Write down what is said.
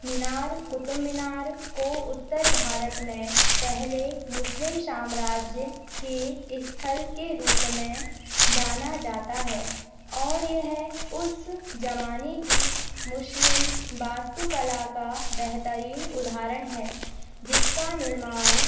मीनार क़ुतुब मीनार को उत्तर भारत में पहले मुस्लिम साम्राज्य के स्थल के रूप में जाना जाता है और यह उस ज़माने की मुस्लिम वास्तु कला का बेहतरीन उदाहरण है जिसका निर्माण